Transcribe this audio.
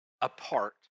apart